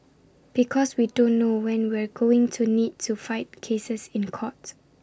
because we don't know when we're going to need to fight cases in court